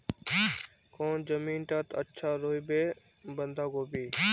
कौन जमीन टत अच्छा रोहबे बंधाकोबी?